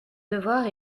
devoirs